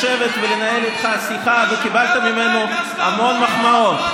לשבת ולנהל איתך שיחה, וקיבלת ממנו המון מחמאות.